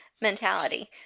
mentality